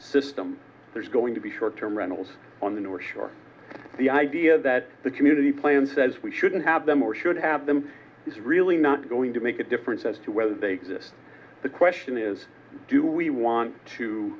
system there's going to be short term rentals on the north shore the idea that the community plan says we shouldn't have them or should have them is really not going to make a difference as to whether they exist the question is do we want to